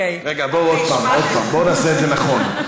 רגע, בואו עוד פעם, בואו נעשה את זה נכון.